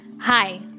Hi